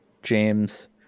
James